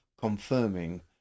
confirming